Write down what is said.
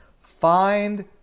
find